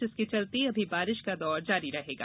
जिसके चलते अभी बारिश का दौर जारी रहेगा